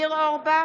ניר אורבך,